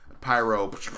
Pyro